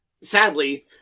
sadly